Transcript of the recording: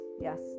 yes